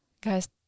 guys